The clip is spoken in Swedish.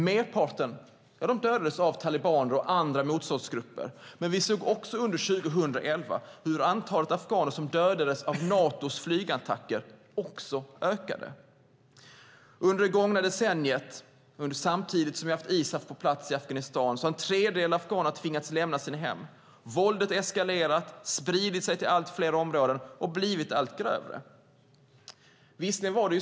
Merparten dödades av talibaner och andra motståndsgrupper, men vi såg också under 2011 hur antalet afghaner som dödades i Natos flygattacker ökade. Under det gångna decenniet, samtidigt som vi har haft ISAF på plats i Afghanistan, har en tredjedel av afghanerna tvingats lämna sina hem. Våldet har eskalerat, spridit sig till allt fler områden och blivit allt grövre.